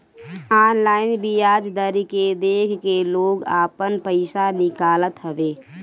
online बियाज दर के देख के लोग आपन पईसा निकालत हवे